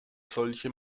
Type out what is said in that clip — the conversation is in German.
solche